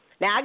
Now